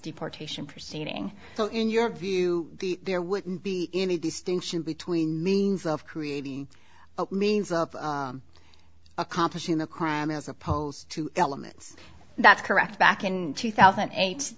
deportation proceeding so in your view the there wouldn't be any distinction between means of creating means of accomplishing the crime as opposed to elements that's correct back in two thousand and eight